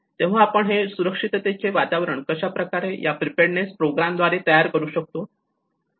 तेव्हा आपण हे सुरक्षिततेचे वातावरण कशा प्रकारे या प्रिपेयर्डनेस प्रोग्राम द्वारे तयार करू शकतो